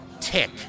tick